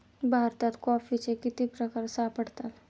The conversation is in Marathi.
भारतात कॉफीचे किती प्रकार सापडतात?